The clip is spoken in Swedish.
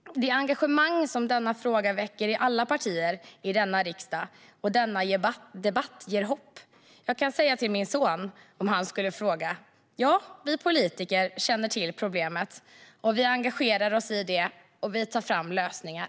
Det engagemang som denna fråga väcker i alla partier i denna riksdag och i denna debatt ger hopp. Jag kan säga till min son, om han skulle fråga: Ja, vi politiker känner till problemet. Vi engagerar oss i det och tar fram lösningar.